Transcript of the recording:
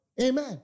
Amen